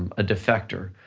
um a defector,